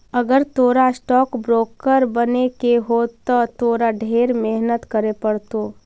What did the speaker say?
अगर तोरा stock broker बने के हो त तोरा ढेर मेहनत करे पड़तो